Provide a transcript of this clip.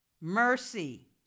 mercy